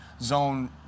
zone